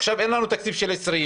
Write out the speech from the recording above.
עכשיו אין לנו תקציב של 2020,